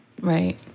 right